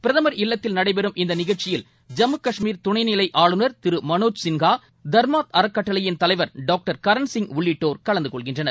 பிரதமர் இல்லத்தில் நடைபெறும் இந்த நிகழ்ச்சியில் ஜம்மு கஷ்மீர் துணை நிலை ஆளுநர் திரு மனோஜ் சின்ஹா தர்மார்த் அறக்கட்டளையின் தலைவர் டாக்டர் கரண் சிங் உள்ளிட்டோர் கலந்து கொள்கின்றனர்